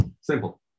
Simple